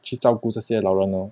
去照顾这些老人 lor